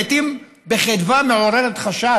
לעיתים בחדווה מעוררת חשד,